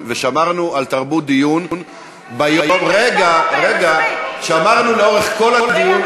חבר הכנסת פריג' וחברת הכנסת זנדברג.